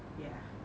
ya